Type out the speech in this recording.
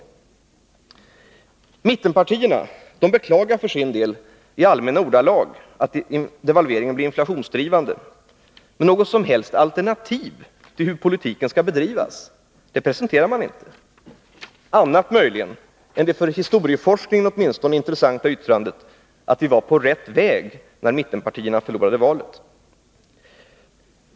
politiska åtgärder Mittenpartierna beklagar för sin del i allmänna ordalag att devalveringen m.m. bedrivas presenteras inte — annat än det åtminstone för historieforskningen intressanta yttrandet att vi var på rätt väg när mittenpartierna förlorade valet.